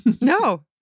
No